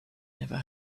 never